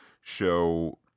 show